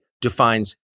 defines